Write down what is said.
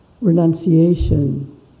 renunciation